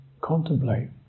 contemplate